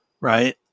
Right